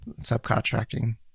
subcontracting